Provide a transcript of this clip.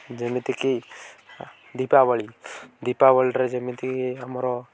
ଯେମିତିକି ଦୀପାବଳି ଦୀପାବଳିରେ ଯେମିତିକି ଆମର